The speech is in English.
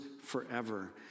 forever